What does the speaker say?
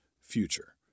future